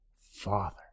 Father